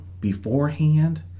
beforehand